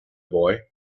boy